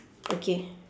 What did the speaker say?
okay